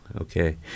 okay